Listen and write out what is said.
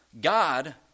God